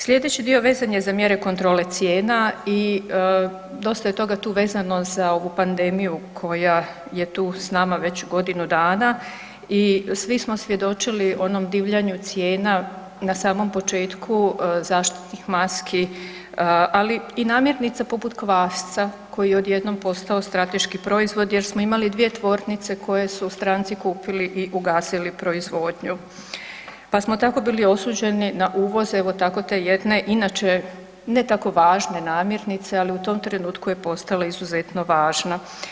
Sljedeći dio vezan je za mjere kontrole cijena i dosta je toga tu vezano za ovu pandemiju koja je tu s nama već godinu dana i svi smo svjedočili onom divljanju cijena na samom početka zaštitnih maski, ali i namirnica poput kvasca koji je odjednom postao strateški proizvod jer smo imali dvije tvornice koje su stranci kupili i ugasili proizvodnju, pa smo tako bili osuđeni na uvoz evo tako te jedne inače ne tako važne namirnice, ali u tom trenutku je postala izuzetno važna.